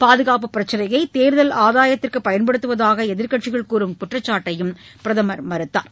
பாதுகாப்பு பிரச்சினையை தேர்தல் ஆதயத்திற்கு பயன்படுத்துவதாக எதிர்க்கட்சிகள் கூறும் குற்றச்சாட்டையும் பிரதமர் மறுத்தார்